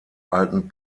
alten